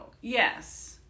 Yes